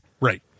Right